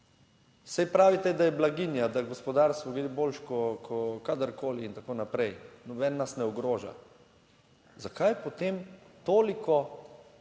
saj pravite, da je blaginja, da gospodarstvo gre boljše. Kot kadarkoli in tako naprej, noben nas ne ogroža. Zakaj potem toliko